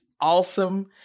awesome